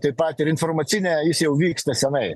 taip pat ir informacinėje jis jau vyksta senai